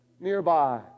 nearby